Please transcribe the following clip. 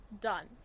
Done